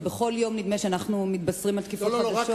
ובכל יום נדמה שאנחנו מתבשרים על תקיפות חדשות,